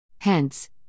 Hence